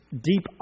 deep